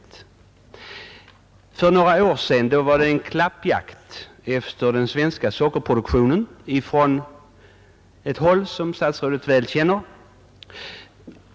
För några år sedan pågick en klappjakt på den svenska sockerproduktionen från ett håll, som statsrådet väl känner.